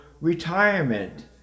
retirement